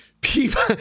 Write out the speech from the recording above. people